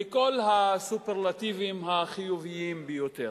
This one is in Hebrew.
וכל הסופרלטיבים החיוביים ביותר.